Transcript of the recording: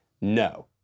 No